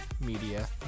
Media